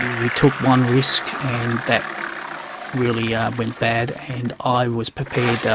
we took one risk and that really yeah went bad, and i was prepared, ah